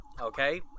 okay